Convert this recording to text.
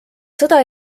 sõda